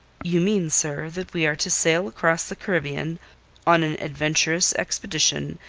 you mean, sir, that we are to sail across the caribbean on an adventurous expedition,